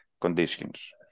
conditions